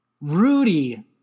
Rudy